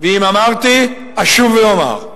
ואם אמרתי אשוב ואומר.